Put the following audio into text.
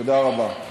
תודה רבה.